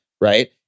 right